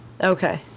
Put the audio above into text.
Okay